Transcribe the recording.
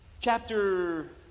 chapter